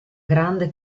grande